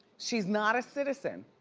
she's not a citizen.